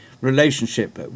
relationship